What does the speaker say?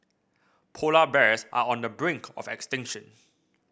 polar bears are on the brink of extinction